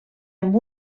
amb